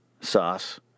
sauce